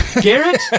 Garrett